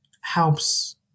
helps